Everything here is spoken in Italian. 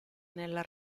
nella